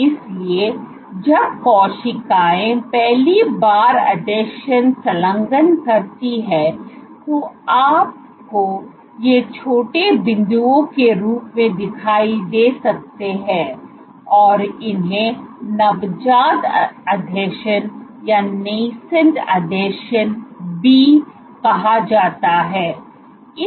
इसलिए जब कोशिकाएं पहली बार आसंजन संलग्न करती हैं तो आपको ये छोटे बिंदुओं के रूप में दिखाई दे सकते हैं और इन्हें नवजात आसंजन B कहा जाता है